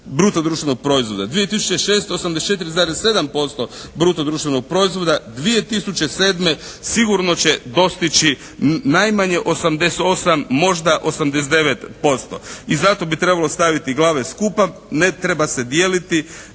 bruto društvenog proizvoda. 2006. 84,7% bruto društvenog proizvoda. 2007. sigurno će dostići najmanje 88, možda 89%. I zato bi trebalo staviti glave skupa. Ne treba se dijeliti